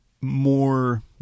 more